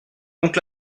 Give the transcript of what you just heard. donc